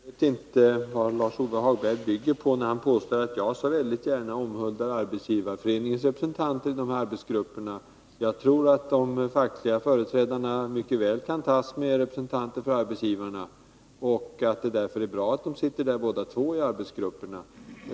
Herr talman! Jag vet inte vad Lars-Ove Hagberg bygger på, när han påstår att jag så väldigt gärna omhuldar Arbetsgivareföreningens representanter i dessa arbetsgrupper. Jag tror att de fackliga företrädarna mycket väl kan tas med representanterna för arbetsgivarna och att det är bra att båda parter finns med i arbetsgrupperna.